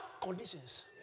conditions